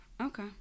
Okay